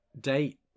date